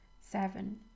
seven